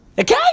Okay